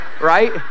right